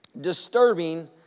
disturbing